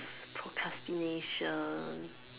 procrastination